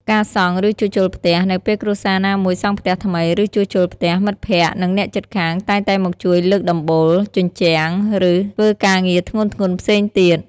ការសង់ ឬជួសជុលផ្ទះ នៅពេលគ្រួសារណាមួយសង់ផ្ទះថ្មី ឬជួសជុលផ្ទះ មិត្តភក្តិ និងអ្នកជិតខាងតែងតែមកជួយលើកដំបូល ជញ្ជាំង ឬធ្វើការងារធ្ងន់ៗផ្សេងទៀត។